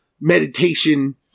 meditation